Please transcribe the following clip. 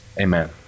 Amen